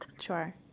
sure